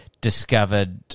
discovered